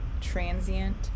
transient